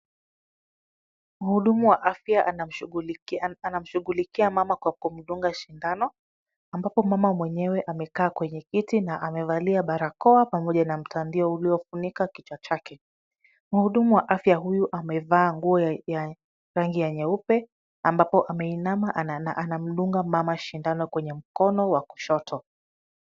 Mhudumu wa afya anamshughulikia mama kwa kumdunga sindano ambapo mama mwenyewe amekaa kwenye kiti na amevalia barakoa pamoja na mtandio uliofunika kichwa chake. Mhudumu wa afya huyu amevaa nguo ya rangi ya nyeupe, ambapo ameinama anamdunga mama sindano kwenye mkono wa kushoto.